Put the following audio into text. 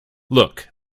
look